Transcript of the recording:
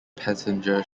passenger